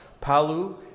Palu